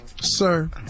Sir